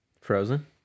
Frozen